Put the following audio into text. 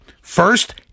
First